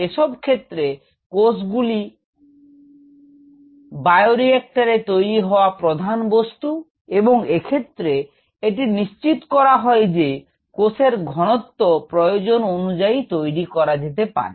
এসব ক্ষেত্রে কোষগুলি বায়োরিক্টরএ তৈরি হওয়া প্রধান বস্তু এবং এক্ষেত্রে এটি নিশ্চিত করা হয় যে কোষের ঘনত্ব প্রয়োজন অনুযায়ী তৈরি করা যেতে পারে